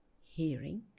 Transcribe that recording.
hearing